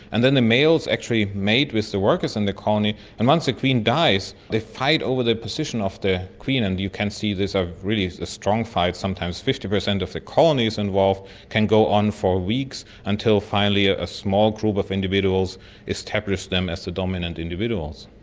and then the males actually mate with the workers in the colony and once the queen dies they fight over the position of the queen and you can see this, really a strong fight, sometimes fifty percent of the colony is involved can go on for weeks until finally ah a small group of individuals establish themselves as the dominant individuals.